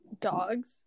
dogs